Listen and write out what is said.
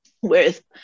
whereas